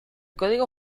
código